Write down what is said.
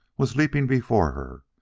was leaping before her.